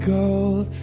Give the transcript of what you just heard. gold